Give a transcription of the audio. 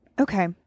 Okay